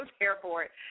airport